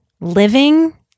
living